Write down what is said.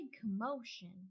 commotion